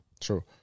True